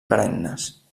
perennes